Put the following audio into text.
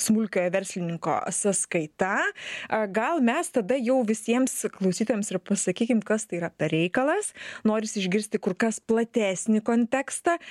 smulkiojo verslininko sąskaita gal mes tada jau visiems klausytojams ir pasakykim kas tai yra per reikalas norisi išgirsti kur kas platesnį kontekstą